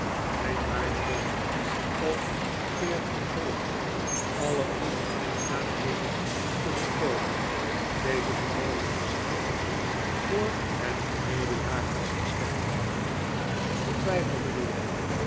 mijn waarde heer om in het vervolg alle onaangenaamheden te voorkomen deze verhooging is immers voor het geheele jaar vastgesteld zonder twyfel mijnheer